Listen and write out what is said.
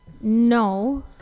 No